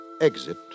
Exit